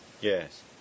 Yes